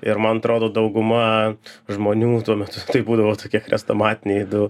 ir man atrodo dauguma žmonių tuo metu tai būdavo tokie chrestomatiniai du